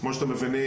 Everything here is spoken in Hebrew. כמו שאתם מבינים,